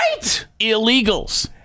illegals